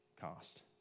cost